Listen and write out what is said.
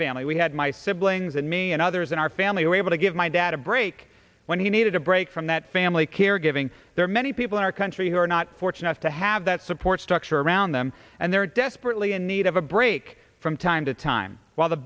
family we had my siblings and me and others in our family were able to give my dad a break when he needed a break from that family caregiving there are many people in our country who are not fortunate to have that support structure around them and they are desperately in need of a break from time to time while the